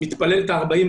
מתפלל 40,